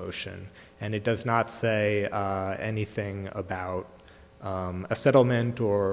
motion and it does not say anything about a settlement or